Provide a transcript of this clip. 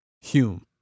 Hume